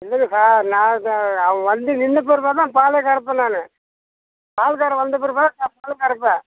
இல்லைங்க சார் நான் அவன் வந்து நின்ற பிறகுதான் பாலே கறப்பேன் நான் பால்க்காரர் வந்த பிறவுதான் நான் பால் கறப்பேன்